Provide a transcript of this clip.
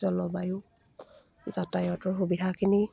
জলবায়ু যাতায়তৰ সুবিধাখিনি